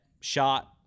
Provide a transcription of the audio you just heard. shot